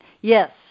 Yes